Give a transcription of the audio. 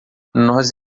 nós